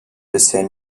bisher